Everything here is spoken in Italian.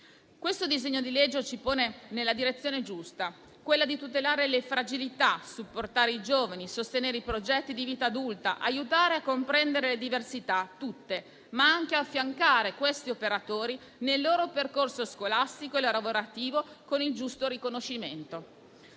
Questo disegno di legge ci pone nella direzione giusta: quella di tutelare le fragilità, supportare i giovani, sostenere i progetti di vita adulta, aiutare a comprendere le diversità tutte, ma anche affiancare questi operatori nel loro percorso scolastico e lavorativo con il giusto riconoscimento.